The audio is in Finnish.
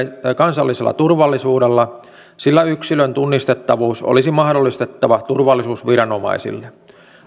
kansallisella turvallisuudella sillä yksilön tunnistettavuus olisi mahdollistettava turvallisuusviranomaisille